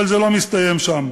אבל זה לא מסתיים שם,